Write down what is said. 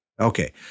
Okay